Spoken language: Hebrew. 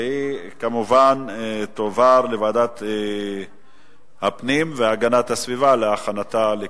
מוקדם בוועדת הפנים והגנת הסביבה נתקבלה.